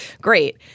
great